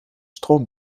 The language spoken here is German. strom